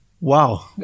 Wow